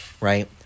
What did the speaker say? right